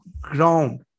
ground